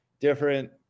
different